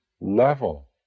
level